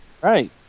right